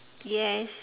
yes